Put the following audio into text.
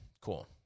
Cool